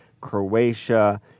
Croatia